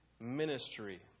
ministry